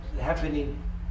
happening